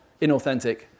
inauthentic